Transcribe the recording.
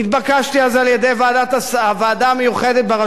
התבקשתי אז על-ידי הוועדה המיוחדת בראשות